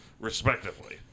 Respectively